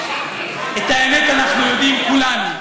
את האמת אנחנו יודעים כולנו,